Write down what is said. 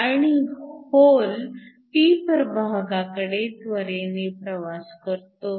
आणि होल p प्रभागाकडे त्वरेने प्रवास करतो